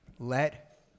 Let